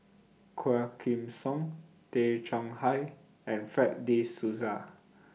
Quah Kim Song Tay Chong Hai and Fred De Souza